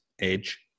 Edge